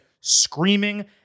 screaming